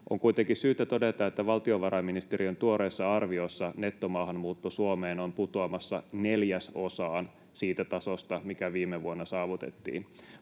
On kuitenkin syytä todeta, että valtiovarainministeriön tuoreessa arviossa nettomaahanmuutto Suomeen on putoamassa neljäsosaan siitä tasosta, mikä viime vuonna saavutettiin.